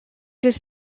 does